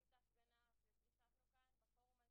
זה אפילו לא באמצע סדר העדיפויות.